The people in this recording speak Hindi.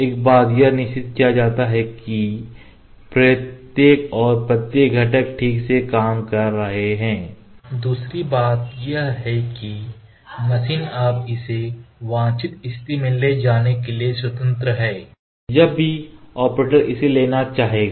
एक बात यह सुनिश्चित की जाती है कि प्रत्येक और प्रत्येक घटक ठीक से काम कर रहे हैं दूसरी बात यह है कि मशीन अब इसे वांछित स्थिति में ले जाने के लिए स्वतंत्र है जब भी ऑपरेटर इसे लेना चाहेगा